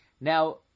Now